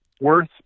Worth